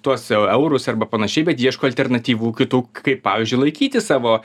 tuos eurus arba panašiai bet ieško alternatyvų kitų kaip pavyzdžiui laikyti savo